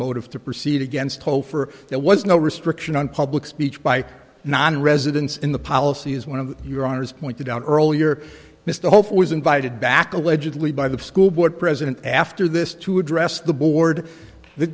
motive to proceed against hope for there was no restriction on public speech by nonresidents in the policy is one of your honors pointed out earlier mr hope was invited back allegedly by the school board president after this to address the board th